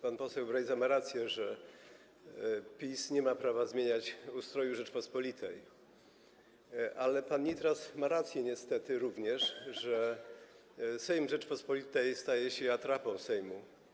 Pan poseł Brejza ma rację, że PiS nie ma prawa zmieniać ustroju Rzeczypospolitej, ale pan Nitras niestety również ma rację, że Sejm Rzeczypospolitej staje się atrapą Sejmu.